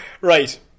right